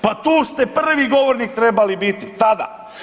Pa tu ste prvi govornik trebali biti tada.